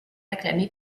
acclamé